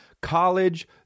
college